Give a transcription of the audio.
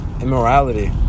immorality